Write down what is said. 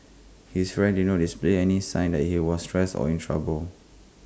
his friend did not display any signs that he was stressed or in trouble